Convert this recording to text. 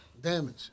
damage